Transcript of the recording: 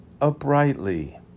uprightly